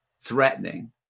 threatening